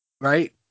right